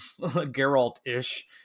Geralt-ish